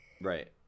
right